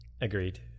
Agreed